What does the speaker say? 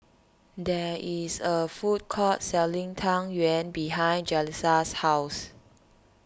there is a food court selling Tang Yuen behind Jaleesa's house